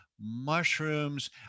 Mushrooms